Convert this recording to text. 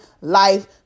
life